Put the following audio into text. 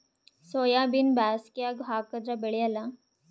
ಸೋಯಾಬಿನ ಬ್ಯಾಸಗ್ಯಾಗ ಹಾಕದರ ಬೆಳಿಯಲ್ಲಾ?